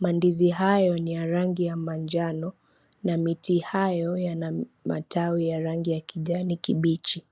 Mandizi hayo ni ya rangi ya manjano, na miti hayo yana matawi ya rangi ya kijani kibichi.